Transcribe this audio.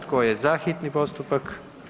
Tko je za hitni postupak?